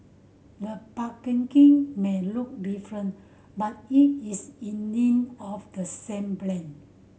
the packaging may look different but it is indeed of the same brand